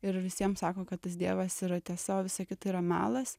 ir visiems sako kad tas dievas yra tiesa o visa kita yra melas